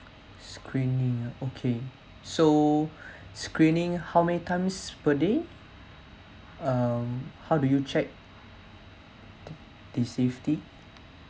screening ah okay so screening how many times per day um how do you check the safety